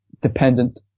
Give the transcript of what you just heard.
dependent